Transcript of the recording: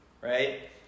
right